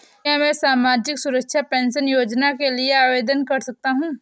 क्या मैं सामाजिक सुरक्षा पेंशन योजना के लिए आवेदन कर सकता हूँ?